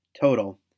Total